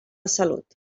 salut